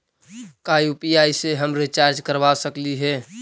का यु.पी.आई से हम रिचार्ज करवा सकली हे?